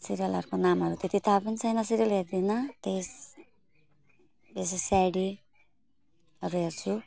सिरियलहरूको नामहरू त्यति थाहा पनि छैन सिरियल हेर्दिनँ त्यस बेसी सिआइडीहरू हेर्छु